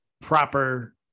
proper